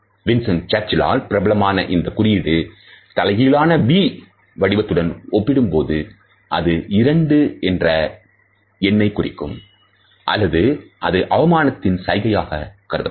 Winston சர்ச்சிலால் பிரபலமான இந்தக் குறியீடு தலைகீழான V வடிவத்துடன் ஒப்பிடும்போது அது இரண்டு என்ற எண்ணைக் குறிக்கும் அல்லது அது அவமானத்தின் சைகையாக கருதப்படும்